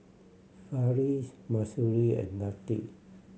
Farish Mahsuri and Latif